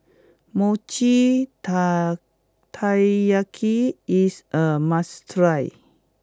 Mochi Ta Taiyaki is a must try